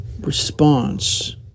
Response